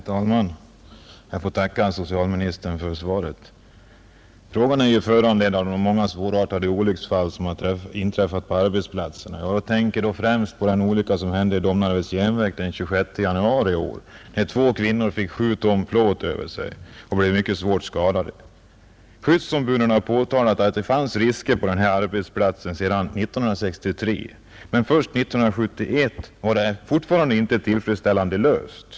Herr talman! Jag får tacka socialministern för svaret. Frågan är ju föranledd av de många svårartade olycksfall som har inträffat på arbetsplatserna. Jag tänker då främst på den olycka som hände vid Domnarvets järnverk den 26 januari i år, när två kvinnor fick 7 ton plåt över sig och blev mycket svårt skadade. Sedan 1963 har skyddsombuden påtalat att det fanns risker på den här arbetsplatsen, men ännu 1971 var det inte tillfredsställande ordnat.